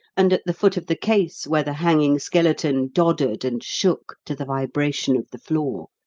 and at the foot of the case, where the hanging skeleton doddered and shook to the vibration of the floor,